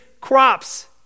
crops